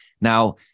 Now